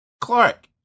Clark